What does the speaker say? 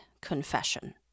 confession